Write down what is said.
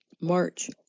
March